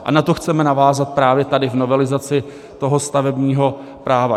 A na to chceme navázat právě tady v novelizaci stavebního práva.